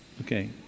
Okay